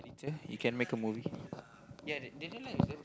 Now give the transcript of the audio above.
you can make a movie